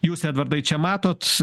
jūs edvardai čia matot